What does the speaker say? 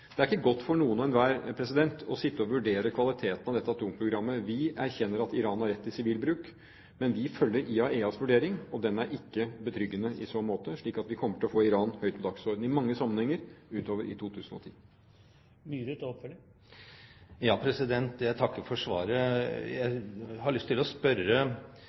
Det er ikke godt for noen og hver å sitte og vurdere kvaliteten på dette atomprogrammet. Vi erkjenner at Iran har rett til sivil bruk, men vi følger IAEAs vurdering, og den er ikke betryggende i så måte, slik at vi kommer til å få Iran høyt på dagsordenen i mange sammenhenger utover i 2010. Jeg takker for svaret. Jeg har lyst til å spørre,